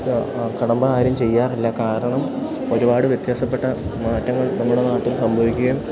കടമ്പ ആരും ചെയ്യാറില്ല കാരണം ഒരുപാട് വ്യത്യാസപ്പെട്ട മാറ്റങ്ങൾ നമ്മുടെ നാട്ടിൽ സംഭവിക്കുകയും